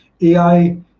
AI